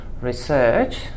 research